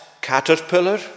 caterpillar